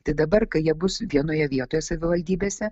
tai dabar kai jie bus vienoje vietoje savivaldybėse